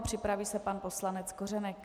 Připraví se pan poslanec Kořenek.